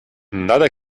nada